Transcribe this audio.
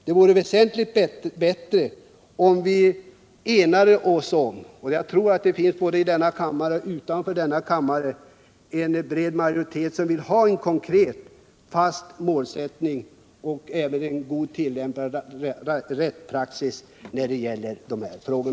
Det vore väsentligt bättre om vi enades — jag tror att det finns en majoritet både i och utanför denna kammare för det — om en konkret och fast målsättning och en god rättspraxis i dessa frågor.